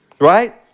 right